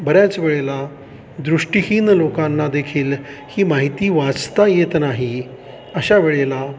बऱ्याच वेळेला दृष्टिहीन लोकांना देखील ही माहिती वाचता येत नाही अशा वेळेला